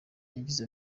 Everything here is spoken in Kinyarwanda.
yagize